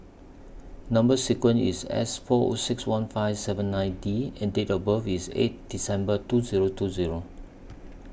Number sequence IS S four O six one five seven nine D and Date of birth IS eight December two Zero two Zero